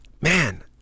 man